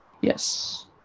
yes